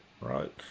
right